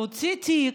להוציא את התיק,